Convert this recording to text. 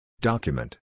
Document